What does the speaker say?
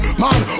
man